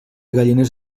gallines